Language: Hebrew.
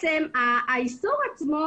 האיסור עצמו